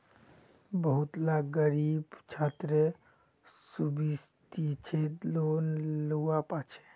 बहुत ला ग़रीब छात्रे सुब्सिदिज़ेद लोन लुआ पाछे